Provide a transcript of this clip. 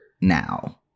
now